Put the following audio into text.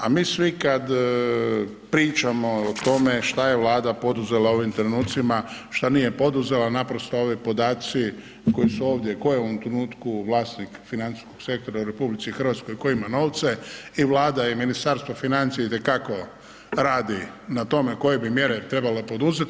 A mi svi kad pričamo o tome šta je Vlada poduzela u ovim trenucima, šta nije poduzela, naprosto ovi podaci koji su ovdje, ko je u ovom trenutku vlasnik financijskog sektora u RH, ko ima novce i Vlada i Ministarstvo financija itekako radi na tome koje bi mjere trebala poduzet.